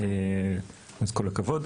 אז כל הכבוד.